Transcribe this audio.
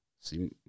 See